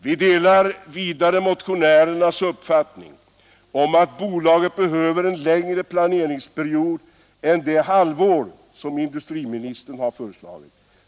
Vi delar vidare motionärernas uppfattning att bolaget behöver en längre planeringsperiod än det halvår som industriministern har föreslagit.